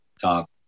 talk